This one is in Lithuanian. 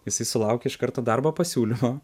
jisai sulaukė iš karto darbo pasiūlymo